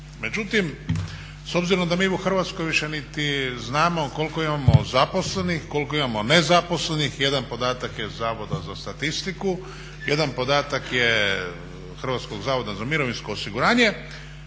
Međutim, s obzirom da mi u Hrvatskoj više niti znamo koliko imamo zaposlenih, koliko imamo nezaposlenih, jedan podatak je Zavoda za statistiku, jedan je podatak Hrvatskog zavoda za mirovinsko osiguranje.